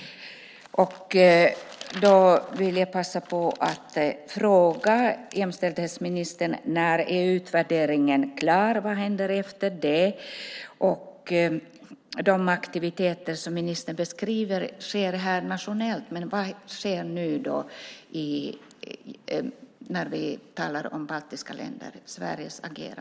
Jag vill passa på att fråga jämställdhetsministern: När är utvärderingen klar? Vad händer efter det? De aktiviteter som ministern beskriver sker nationellt. Men vad sker med Sveriges agerande när vi talar om de baltiska länderna?